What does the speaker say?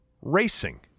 Racing